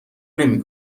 نمی